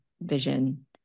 vision